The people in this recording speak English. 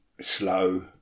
slow